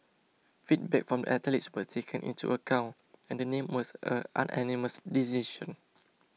feedback from athletes were taken into account and the name was a unanimous decision